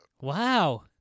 Wow